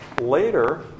Later